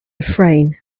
refrain